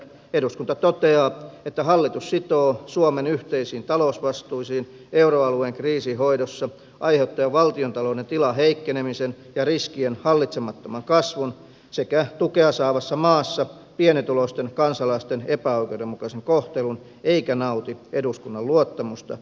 eduskunta toteaa että hallitus sitoo suomen yhteisiin talousvastuisiin euroalueen kriisin hoidossa aiheuttaen valtiontalouden tilan heikkenemisen ja riskien hallitsemattoman kasvun sekä tukea saavassa maassa pienituloisten kansalaisten epäoikeudenmukaisen kohtelun eikä nauti eduskunnan luottamusta